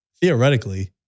theoretically